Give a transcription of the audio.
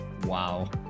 wow